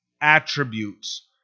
attributes